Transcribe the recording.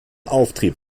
auftrieb